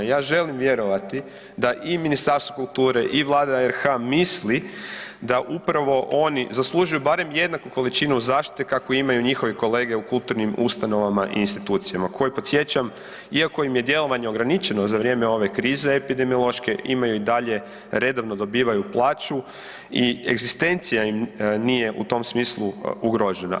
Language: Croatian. Ja želim vjerovati da i Ministarstvo kulture i Vlada RH misli da upravo oni zaslužuju barem jednaku količinu zaštite kakvu imaju njihovi kolege u kulturnim ustanovama i institucija koje podsjećam iako im je djelovanje ograničeno za vrijeme ove krize epidemiološke imaju i dalje, redovno dobivaju plaću i egzistencija im nije u tom smislu ugrožena.